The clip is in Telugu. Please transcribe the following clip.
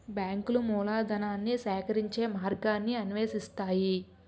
బ్యాంకులు మూలధనాన్ని సేకరించే మార్గాన్ని అన్వేషిస్తాయి